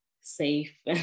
safe